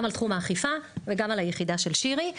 גם על תחום האכיפה וגם על היחידה של שירי.